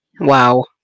wow